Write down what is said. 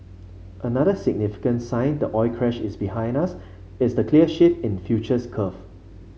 another significant sign the oil crash is behind us is the clear shift in futures curve